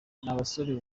abasore